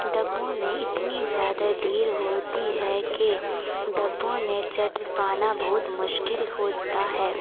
ڈبوں میں اتنی زیادہ بھیڑ ہوتی ہے کہ ڈبوں میں چڑھ پانا بہت مشکل ہوتا ہے